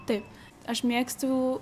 taip aš mėgstu